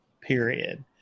period